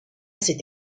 cette